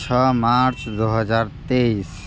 छः मार्च दो हज़ार तेईस